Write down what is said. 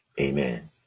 Amen